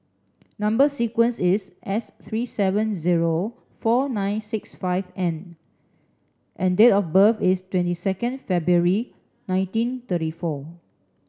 number sequence is S three seven zero four nine six five N and date of birth is twenty second February nineteen thirty four